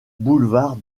boulevard